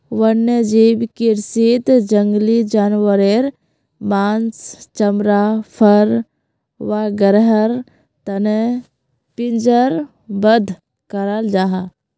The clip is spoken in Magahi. वन्यजीव कृषीत जंगली जानवारेर माँस, चमड़ा, फर वागैरहर तने पिंजरबद्ध कराल जाहा